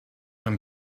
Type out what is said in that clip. him